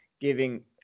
giving